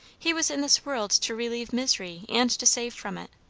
he was in this world to relieve misery, and to save from it.